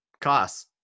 cost